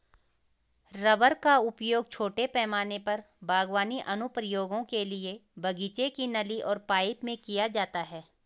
rubber का उपयोग छोटे पैमाने पर बागवानी अनुप्रयोगों के लिए बगीचे की नली और पाइप में किया जाता है